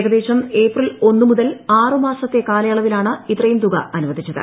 ഏകദേശം ഏപ്രിൽ ഒന്ന് മുതൽ ആറ് മാസത്തെ കാലയളവിലാണ് ഇത്രയും തുക അനുവദിച്ചത്